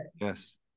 yes